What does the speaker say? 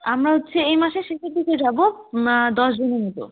আমরা হচ্ছে এই মাসের শেষের দিকে যাব দশ জনের মতো